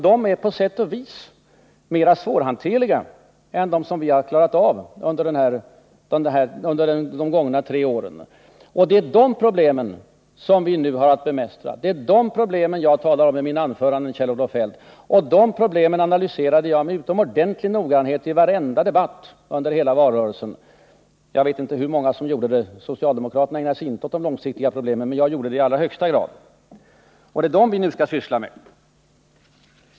De är på sätt och vis mera svårhanterliga än de som vi har klarat under de gångna tre åren. Det är de problemen vi nu har att försöka bemästra. Det är de problemen jag brukar tala om i de anföranden som Kjell-Olof Feldt kritiserade. De problemen analyserade jag också med utomordentlig noggrannhet i varenda debatt under hela valrörelsen. Jag vet inte hur många andra som gjorde det. Socialdemokraterna ägnade sig inte åt de långsiktiga problemen, men jag gjorde det i högsta grad. Det är dem vi nu skall syssla med.